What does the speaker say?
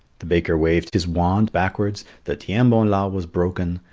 the baker waved his wand backwards, the tiens-bon-la was broken,